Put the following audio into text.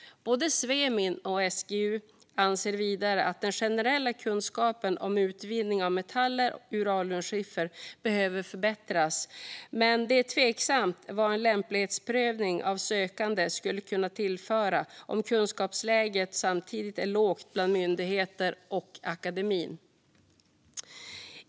Både Svemin och SGU anser vidare att den generella kunskapen om utvinning av metaller ur alunskiffer behöver förbättras men att det är tveksamt vad en lämplighetsprövning av sökande skulle kunna tillföra om kunskapsläget samtidigt är lågt bland myndigheter och hos akademin.